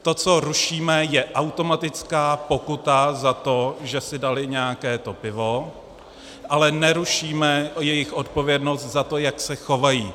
To, co rušíme, je automatická pokuta za to, že si dali nějaké to pivo, ale nerušíme jejich odpovědnost za to, jak se chovají.